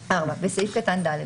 בסעיף קטן (ד),